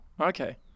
Okay